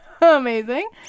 Amazing